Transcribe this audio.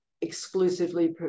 exclusively